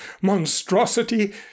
monstrosity